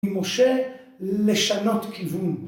משה לשנות כיוון